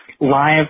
live